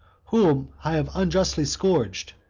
whom i have unjustly scourged,